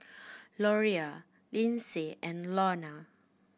Loria Linsey and Lorna